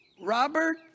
Robert